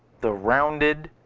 the rounded,